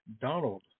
Donald